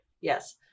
Yes